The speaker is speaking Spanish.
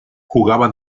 jugaba